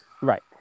Right